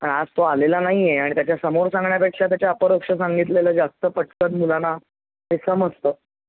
कारण आज तो आलेला नाही आहे आणि त्याच्या समोर सांगण्यापेक्षा त्याच्या अपरोक्ष सांगितलेलं जास्त पटकन मुलांना ते समजतं